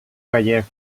gallec